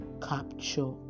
capture